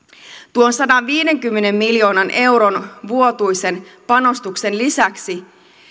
tuon sadanviidenkymmenen miljoonan euron vuotuisen panostuksen lisäksi